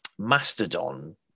Mastodon